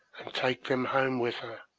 and take them home with her,